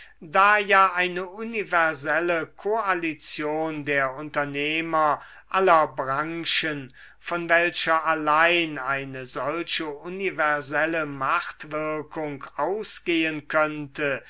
da ja eine universelle koalition der unternehmer aller branchen von welcher allein eine solche universelle machtwirkung ausgehen könnte